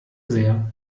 sehr